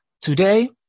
today